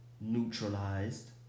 neutralized